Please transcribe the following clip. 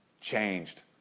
changed